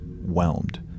whelmed